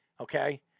Okay